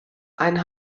ein